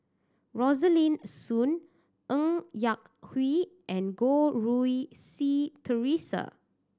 Rosaline Soon Ng Yak Whee and Goh Rui Si Theresa